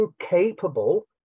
incapable